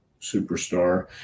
Superstar